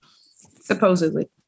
Supposedly